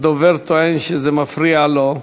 הדובר טוען שזה מפריע לו.